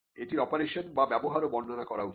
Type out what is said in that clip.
এটির অপারেশন বা ব্যবহারও বর্ণনা করা উচিত